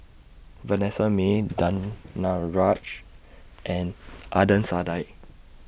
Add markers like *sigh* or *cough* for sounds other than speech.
*noise* Vanessa Mae Danaraj and Adnan Saidi